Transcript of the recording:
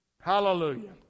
Hallelujah